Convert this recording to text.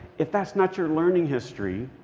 if that's not your learning history,